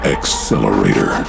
Accelerator